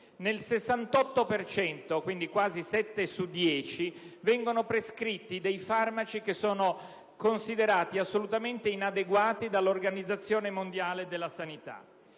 dei casi, quindi quasi sette su dieci, vengono prescritti farmaci che sono considerati assolutamente inadeguati dall'Organizzazione mondiale della sanità.